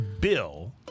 bill